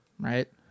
right